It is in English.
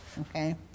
okay